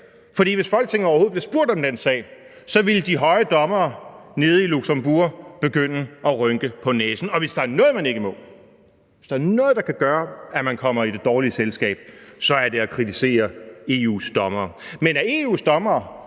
hvis Folketinget overhovedet bliver spurgt om den sag, ville de høje dommere nede i Luxembourg begynde at rynke på næsen – og hvis der er noget, man ikke må, hvis der er noget, der kan gøre, at man kommer i det dårlige selskab, er det at kritisere EU's dommere. Men at EU's dommere